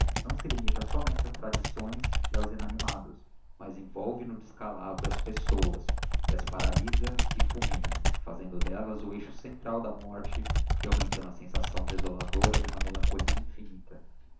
não se limita somente ás tradições e aos inanimados mas envolve no descalabro as pessoas e as paralysa e fulmina fazendo d'ellas o eixo central da morte e augmentando a sensação desoladora de uma melancolia infinita